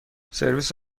سرویس